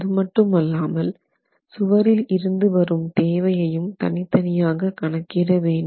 அதுமட்டுமல்லாமல் சுவரில் இருந்து வரும் தேவையையும் தனித்தனியாக கணக்கிட வேண்டும்